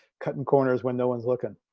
cutting corners when no one's looking